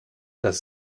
das